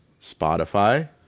Spotify